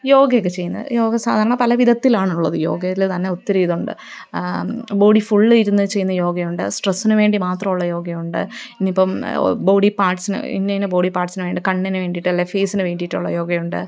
യോഗയൊക്കെ ചെയ്യുന്നത് യോഗ സാധാരണ പല വിധത്തിലാണുള്ളത് യോഗയില്ത്തന്നെ ഒത്തിരി ഇതുണ്ട് ബോഡി ഫുള് ഇരുന്നു ചെയ്യുന്ന യോഗയുണ്ട് സ്ട്രെസ്സിനുവേണ്ടി മാത്രമുള്ള യോഗയുണ്ട് ഇന്നിപ്പോള് ബോഡി പാർട്സിന് ഇന്നയിന്ന ബോഡി പാർട്സിനുവേണ്ടി കണ്ണിനു വേണ്ടിയിട്ടല്ലെങ്കില് ഫേസിനു വേണ്ടിയിട്ടുള്ള യോഗയുണ്ട്